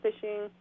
fishing